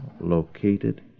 located